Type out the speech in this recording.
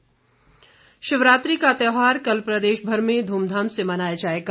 शिवरात्रि शिवरात्रि का त्योहार कल प्रदेशभर में धूमधाम से मनाया जाएगा